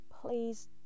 Please